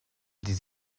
this